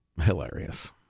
Hilarious